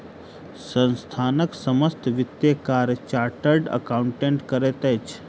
संस्थानक समस्त वित्तीय कार्य चार्टर्ड अकाउंटेंट करैत अछि